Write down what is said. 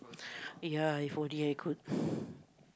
!aiya! if only I could